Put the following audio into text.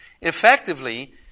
Effectively